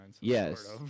Yes